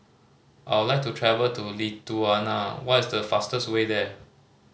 I would like to travel to Lithuania what is the fastest way there